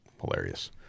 hilarious